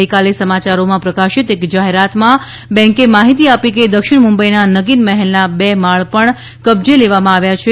ગઇકાલે સમાચારોમાં પ્રકાશિત એક જાહેરાતમાં બેન્કે માહિતી આપી કે દક્ષિણ મુંબઇના નગીન મહેલના બે માળ પણ કબ્જે લેવામાં આવ્યા છે